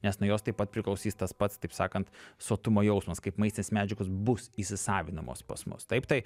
nes nuo jos taip pat priklausys tas pats taip sakant sotumo jausmas kaip maistinės medžiagos bus įsisavinamos pas mus taip tai